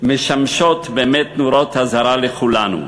משמשות באמת נורות אזהרה לכולנו.